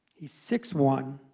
he's six one,